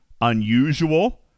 unusual